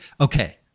okay